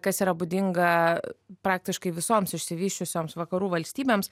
kas yra būdinga praktiškai visoms išsivysčiusioms vakarų valstybėms